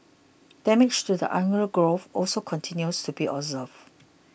damage to the undergrowth also continues to be observed